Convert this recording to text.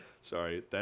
Sorry